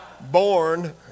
born